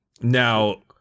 Now